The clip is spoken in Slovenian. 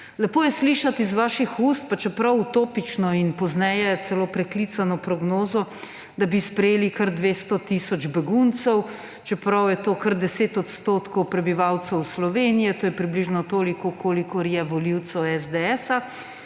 Lepo je slišati iz vaših ust, pa čeprav utopično in pozneje celo preklicano prognozo, da bi sprejeli kar 200 tisoč beguncev, čeprav je to kar 10 odstotkov prebivalcev Slovenije – to je približno toliko, kolikor je volivcev SDS